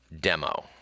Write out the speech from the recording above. demo